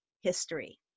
history